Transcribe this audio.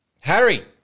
Harry